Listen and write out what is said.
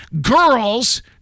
Girls